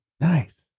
Nice